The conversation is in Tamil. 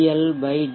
L D